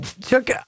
took